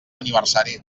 aniversari